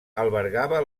albergava